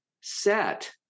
set